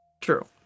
True